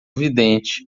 vidente